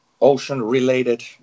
ocean-related